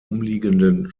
umliegenden